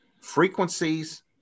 frequencies